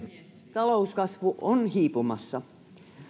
talouskasvu on hiipumassa